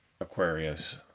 Aquarius